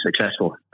successful